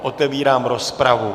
Otevírám rozpravu.